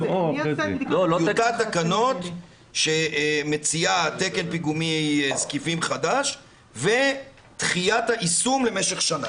טיוטת תקנות שמציעה תקן פיגומי זקיפים חדש ודחיית היישום למשך שנה.